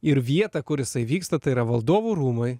ir vietą kur jisai vyksta tai yra valdovų rūmai